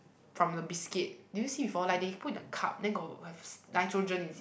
from the biscuit did you see before like they put in the cup then got have nitrogen is it